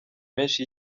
menshi